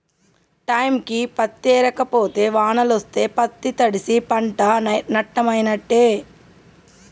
టైంకి పత్తేరక పోతే వానలొస్తే పత్తి తడ్సి పంట నట్టమైనట్టే